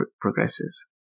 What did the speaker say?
progresses